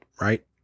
right